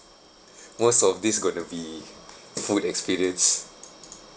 most of this going to be food experience